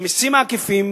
שהמסים העקיפים